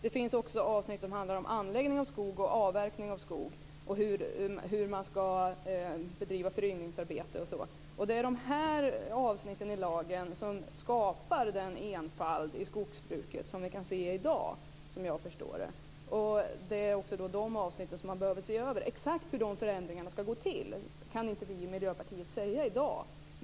Det finns också avsnitt som handlar om anläggning av skog, avverkning av skog och hur man ska bedriva föryngringsarbete etc. Det är de här avsnitten i lagen som skapar den enfald i skogsbruket som vi kan se i dag, som jag förstår det. Det är också dessa avsnitt som behöver ses över. Exakt hur förändringarna ska gå till kan inte vi i Miljöpartiet säga i dag.